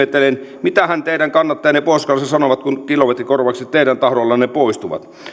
suuresti ihmettelen mitähän teidän kannattajanne pohjois karjalassa sanovat kun kilometrikorvaukset teidän tahdollanne poistuvat